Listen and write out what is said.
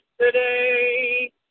today